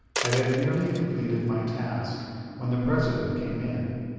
i had nearly completed my task when the president came in.